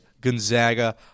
Gonzaga